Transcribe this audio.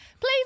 Please